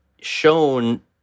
shown